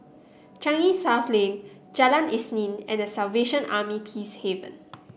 Changi South Lane Jalan Isnin and The Salvation Army Peacehaven